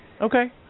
Okay